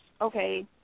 okay